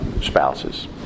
spouses